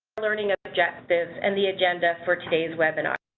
learning ah objectives, and the agenda for today's webinar.